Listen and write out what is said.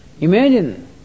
imagine